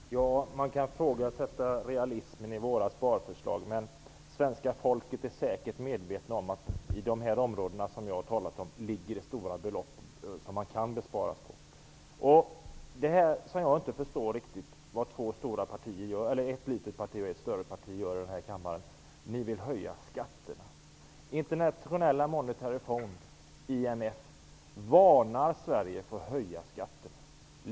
Herr talman! Ja, man kan ifrågasätta realismen i våra sparförslag. Men svenska folket är säkert medvetet om att det inom dessa områden finns stora belopp som kan sparas in. Jag förstår inte riktigt vad ett litet parti och ett större parti gör i denna kammare: Ni vill höja skatterna. International Monetary fund, IMF, varnar Sverige för att höja skatterna.